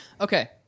okay